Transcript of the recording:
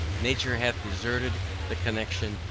nature hath deserted the connexion,